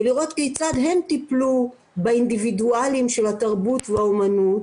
ולראות כיצד הן טיפלו באינדיבידואלים של התרבות והאומנות,